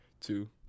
two